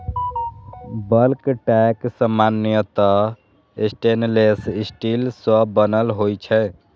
bulk tank सामान्यतः stainless steel सं बनल होइ छै